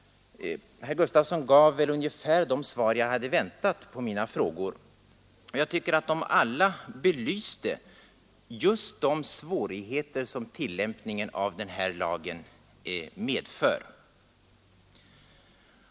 Herr Gustavsson gav ungefär de svar jag hade väntat på mina frågor, och jag tycker att alla svaren belyste just de svårigheter som följer med tillämpningen av denna lag.